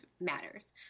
matters